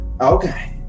okay